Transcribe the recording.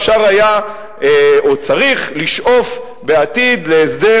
אפשר היה או צריך, לשאוף בעתיד להסדר